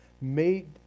made